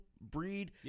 breed